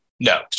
No